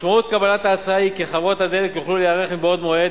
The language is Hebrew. משמעות קבלת ההצעה היא כי חברות הדלק יוכלו להיערך מבעוד מועד